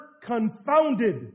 confounded